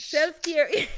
Self-care